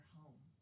home